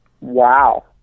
wow